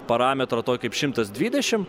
parametrą tok kaip šimtas dvidešim